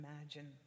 imagine